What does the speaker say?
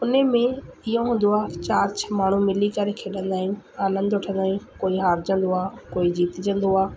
उन में इहो हूंदो आहे चारि छह माण्हू मिली करे खेॾंदा आहिनि आनंदु वठंदा आहिनि कोई हारिजंदो आहे कोई जीतजंदो आ